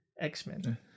X-men